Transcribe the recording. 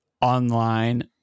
online